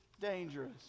dangerous